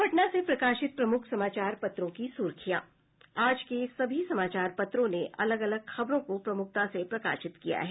अब पटना से प्रकाशित प्रमुख समाचार पत्रों की सुर्खियां आज के सभी समाचार पत्रों ने अलग अलग खबरों को प्रमुखता से प्रकाशित किया है